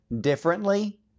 differently